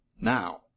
Now